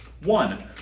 One